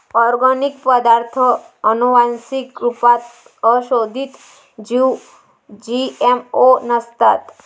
organic पदार्ताथ आनुवान्सिक रुपात संसोधीत जीव जी.एम.ओ नसतात